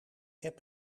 heb